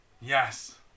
Yes